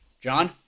john